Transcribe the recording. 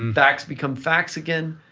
um facts become facts again,